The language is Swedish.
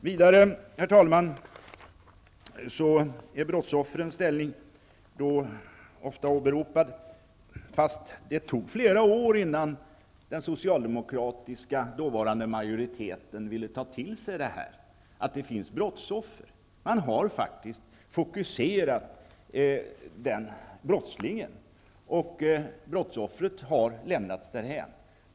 Vidare, herr talman, åberopas ofta brottsoffrens svaga ställning, fast det tog flera år innan den dåvarande socialdemokratiska majoriteten ville ta till sig detta, att det finns brottsoffer. Man har faktiskt fokuserat brottslingen, medan brottsoffret har lämnats därhän.